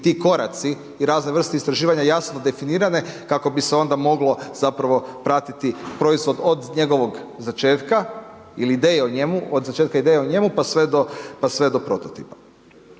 ti koraci i razne vrste istraživanja jasno definirane kako bi se onda moglo zapravo pratiti proizvod od njegovog začetka ili ideje o njemu, od začetka ideje o njemu, pa sve to prototipa.